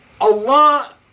Allah